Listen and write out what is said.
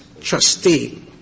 trustee